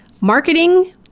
marketing